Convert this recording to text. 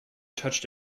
touched